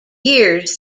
years